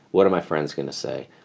what are my friends going to say?